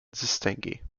distinguées